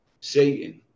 Satan